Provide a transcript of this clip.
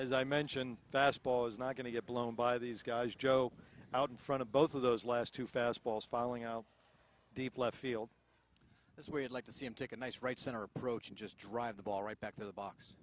as i mentioned fastball is not going to get blown by these guys joe out in front of both of those last two fastballs falling out deep left field as we'd like to see him take a nice right center approach and just drive the ball right back to the box